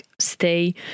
stay